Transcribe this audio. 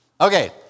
Okay